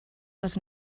les